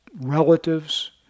relatives